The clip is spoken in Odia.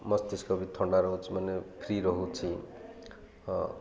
ମସ୍ତିଷ୍କ ବି ଥଣ୍ଡା ରହୁଛି ମାନେ ଫ୍ରି ରହୁଛି ହଁ